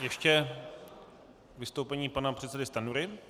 Ještě vystoupení pana předsedy Stanjury.